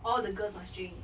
all the girls must drink